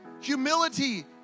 Humility